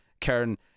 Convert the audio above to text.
karen